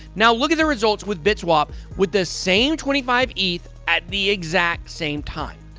now, look at the results with bitswap with the same twenty five eth at the exact same time.